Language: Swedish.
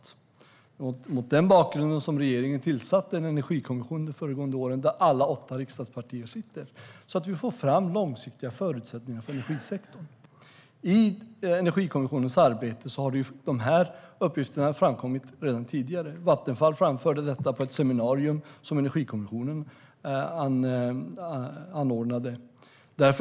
Det var mot den bakgrunden som regeringen tillsatte en energikommission föregående år, där alla åtta riksdagspartier sitter, så att vi kan få fram långsiktiga förutsättningar för energisektorn. I Energikommissionens arbete har de här uppgifterna framkommit redan tidigare. Vattenfall framförde detta på ett seminarium som Energikommissionen anordnade.